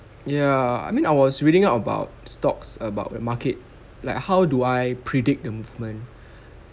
ya I mean I was reading up about stocks about the market like how do I predict the movement